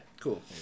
Cool